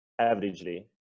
averagely